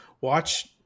watch